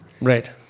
Right